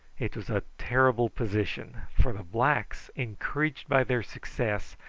it was a terrible position, for the blacks, encouraged by their success,